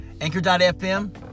anchor.fm